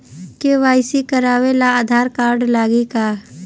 KYC करावे ला Aadhaar card लागी का?